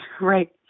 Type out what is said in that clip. right